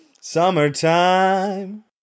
Summertime